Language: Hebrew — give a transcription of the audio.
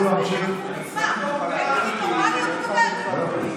תנו לו להמשיך, אין מילים נורמליות לדבר?